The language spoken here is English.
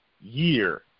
year